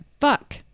Fuck